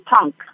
punk